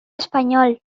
espanyol